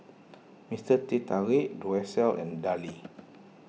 Mister Teh Tarik Duracell and Darlie